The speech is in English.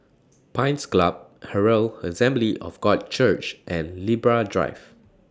Pines Club Herald Assembly of God Church and Libra Drive